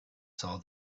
saw